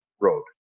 road